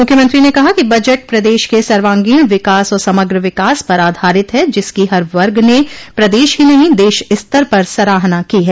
मुख्यमंत्री ने कहा कि बजट प्रदेश के सर्वांगीण विकास और समग्र विकास पर आधारित है जिसकी हर वर्ग ने प्रदेश ही नहीं देश स्तर पर सराहना की है